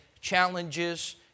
challenges